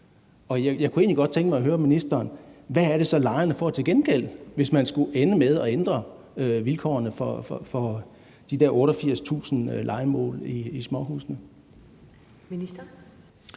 og jeg kunne egentlig godt tænke mig at høre ministeren: Hvad er det så, lejerne får til gengæld, hvis man skulle ende med at ændre vilkårene for de der 88.000 lejemål i småhuse?